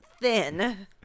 thin